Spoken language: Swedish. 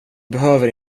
behöver